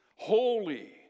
holy